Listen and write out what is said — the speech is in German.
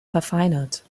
verfeinert